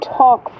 talk